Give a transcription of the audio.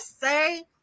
say